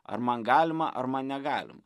ar man galima ar man negalima